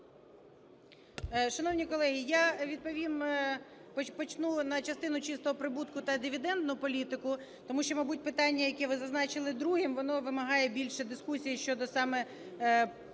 Шановні колеги, я відповім, почну з частини чистого прибутку та дивідендну політику. Тому що, мабуть, питання, яке ви зазначили другим, воно вимагає більшої дискусії щодо саме